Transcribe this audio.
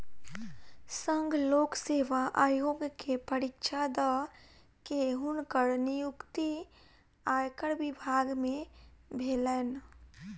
संघ लोक सेवा आयोग के परीक्षा दअ के हुनकर नियुक्ति आयकर विभाग में भेलैन